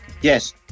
Yes